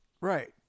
Right